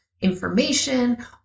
information